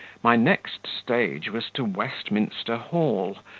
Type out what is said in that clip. my next stage was to westminster hall,